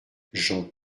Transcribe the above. jean